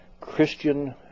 Christian